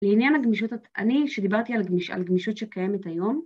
לעניין הגמישות, אני שדיברתי על גמישות שקיימת היום